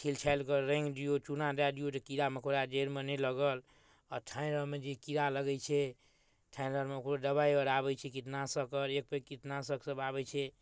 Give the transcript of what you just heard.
छिल छालि कऽ राङ्गि दियौ चूना दै दियौ तऽ कीड़ा मकौड़ा जड़िमे नहि लगल आ ठारि आरमे जे कीड़ा लगै छै ठारि आरमे ओकरो दबाइ अबै छै कीटनाशक आओर एक पर एक कीटनाशक सभ आबै छै